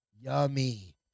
Yummy